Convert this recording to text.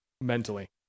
mentally